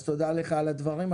אז תודה לך על הדברים.